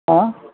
हां